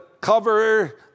cover